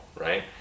right